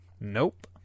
nope